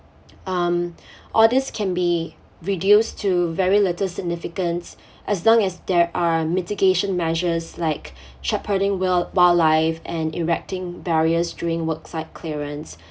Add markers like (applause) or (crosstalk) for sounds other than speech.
um (breath) orders can be reduced to very little significance (breath) as long as there are mitigation measures like (breath) shepherding wil~ wildlife and erecting barriers during worksite clearance